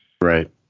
Right